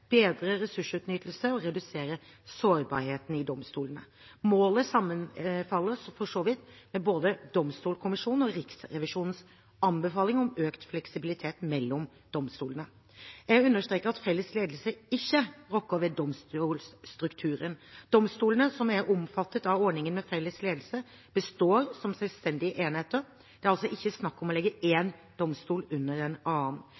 bedre ressursutnyttelsen og redusere sårbarheten i domstolene. Målet sammenfaller for så vidt med både Domstolkommisjonens og Riksrevisjonens anbefalinger om økt fleksibiliteten mellom domstolene. Jeg understreker at felles ledelse ikke rokker ved domstolstrukturen. Domstolene som er omfattet av ordningen med felles ledelse, består som selvstendige enheter – det er altså ikke snakk om å legge én domstol under en annen.